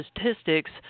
statistics